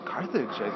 Carthage